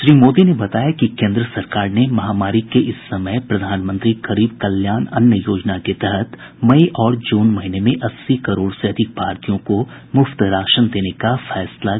श्री मोदी ने बताया कि केंद्र सरकार ने महामारी के इस समय प्रधानमंत्री गरीब कल्याण अन्न योजना के तहत मई और जून महीने में अस्सी करोड़ से अधिक भारतीयों को मुफ्त राशन देने का फैसला किया है